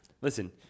Listen